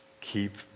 Keep